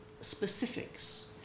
specifics